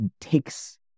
takes